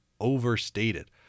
overstated